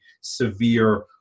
severe